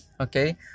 okay